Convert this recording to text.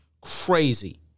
crazy